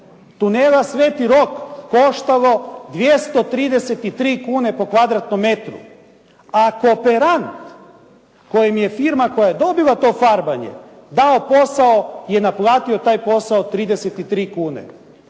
tunela sv. Rok koštalo 233 kune po kvadratnom metru, a kooperant kojim je firma koja je dobila to farbanje dao posao i naplatio taj posao 33 kune.